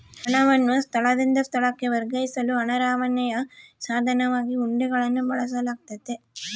ಹಣವನ್ನು ಸ್ಥಳದಿಂದ ಸ್ಥಳಕ್ಕೆ ವರ್ಗಾಯಿಸಲು ಹಣ ರವಾನೆಯ ಸಾಧನವಾಗಿ ಹುಂಡಿಗಳನ್ನು ಬಳಸಲಾಗ್ತತೆ